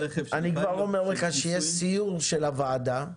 אני כבר אומר לך שיהיה סיור של הוועדה,